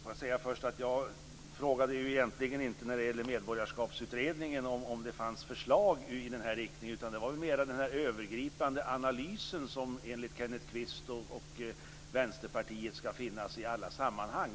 Fru talman! Får jag först säga att när det gäller Medborgarskapskommittén frågade jag egentligen inte om det fanns förslag i den här riktningen. Det gällde mer den här övergripande analysen som enligt Kenneth Kvist och Vänsterpartiet skall finnas i alla sammanhang.